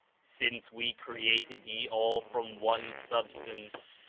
since we created ye all from one sub stance,